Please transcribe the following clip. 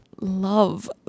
love